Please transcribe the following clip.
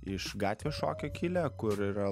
iš gatvės šokio kilę kur yra